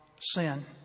sin